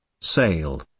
sale